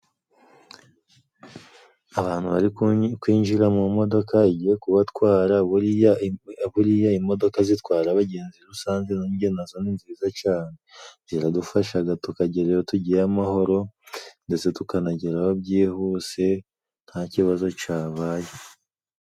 Abantu bari kwinjira mu modoka igiye kubatwara. Buriya buriya imodoka zitwara abagenzi rusanze njye nazo ni nziza cyane. Ziradufashaga tukagera iyo tugiye amahoro, ndetse tukanagerayo byihuse nta kibazo cyabaye.